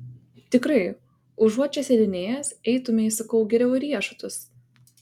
tikrai užuot čia sėdinėjęs eitumei sakau geriau į riešutus